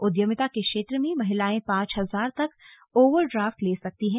उद्यमिता के क्षेत्र में महिलायें पांच हजार तक ओवरड्राफ्ट ले सकती हैं